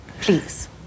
Please